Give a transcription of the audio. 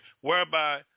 whereby